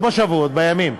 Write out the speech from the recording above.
לא בשבועות, בימים.